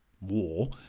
war